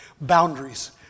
boundaries